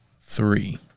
Three